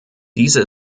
diese